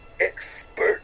expert